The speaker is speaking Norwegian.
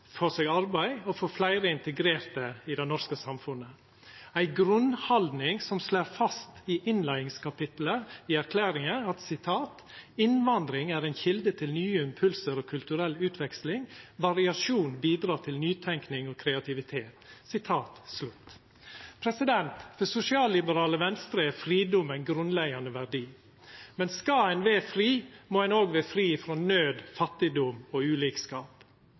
få seg arbeid og få fleire integrerte i det norske samfunnet ei grunnhaldning som i innleiingskapitlet til erklæringa slår fast at «innvandring er en kilde til nye impulser og kulturell utveksling. Variasjon bidrar til nytenkning og kreativitet.» For sosialliberale Venstre er fridom ein grunnleggjande verdi, men skal ein vera fri, må ein òg vera fri frå naud, fattigdom og ulikskap.